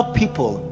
people